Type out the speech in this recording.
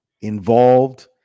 involved